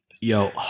Yo